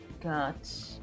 got